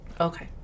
Okay